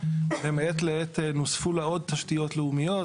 למעט לעת נוספה לה עוד תשתיות לאומיות.